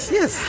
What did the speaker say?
yes